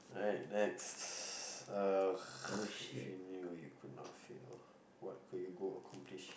alright next uh if you knew you could not fail what could you go accomplish